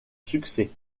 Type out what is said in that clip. succès